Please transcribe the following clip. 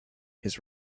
his